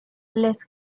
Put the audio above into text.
les